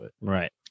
Right